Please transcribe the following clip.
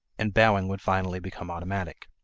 and bowing would finally become automatic.